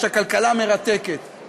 יש לה כלכלה מרתקת,